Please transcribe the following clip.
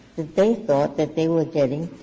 that they thought that they were getting